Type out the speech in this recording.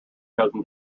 cousin